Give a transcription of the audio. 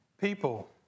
people